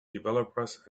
developers